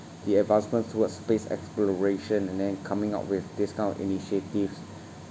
the advancement towards space exploration and then coming out with this kind of initiatives